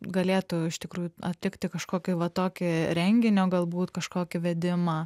galėtų iš tikrųjų aptikti kažkokį va tokį renginio galbūt kažkokį vedimą